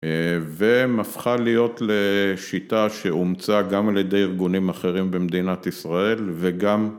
א.. ומ-הפכה להיות ל...שיטה שאומצה גם על ידי ארגונים אחרים במדינת ישראל, וגם